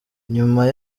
nyuma